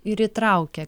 ir įtraukia